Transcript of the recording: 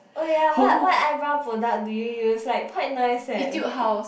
oh ya what what eyebrow product do you use like quite nice eh